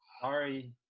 Sorry